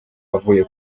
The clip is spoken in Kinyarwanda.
avuye